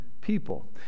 people